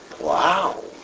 Wow